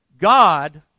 God